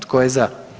Tko je za?